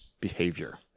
behavior